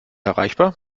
erreichbar